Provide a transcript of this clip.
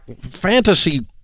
fantasy